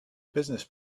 business